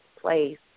place